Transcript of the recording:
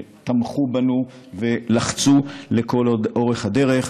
שתמכו בנו ולחצו לכל אורך הדרך,